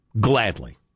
gladly